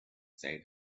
say